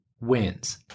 wins